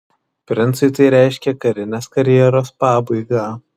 princui tai reiškė karinės karjeros pabaigą